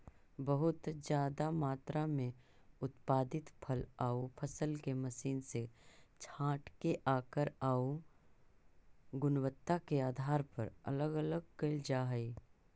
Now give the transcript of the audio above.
बहुत ज्यादा मात्रा में उत्पादित फल आउ फसल के मशीन से छाँटके आकार आउ गुणवत्ता के आधार पर अलग अलग कैल जा हई